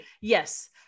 yes